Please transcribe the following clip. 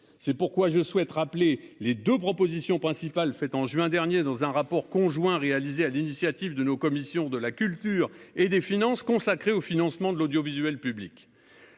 c'est pourquoi je souhaite rappeler les 2 propositions principales faites en juin dernier dans un rapport conjoint réalisé à l'initiative de nos commissions de la culture et des Finances consacrée au financement de l'audiovisuel public